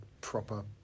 proper